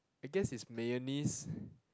I guess is mayonnaise